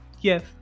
yes